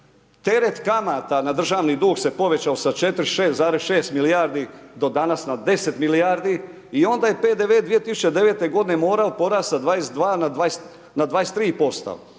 teret kamata na državni dug se povećao sa 4 6,6 milijardi do danas na 10 milijardi i onda je PDV 2010. morao porast sa 22 na 23%,